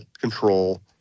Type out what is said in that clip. control